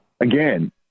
again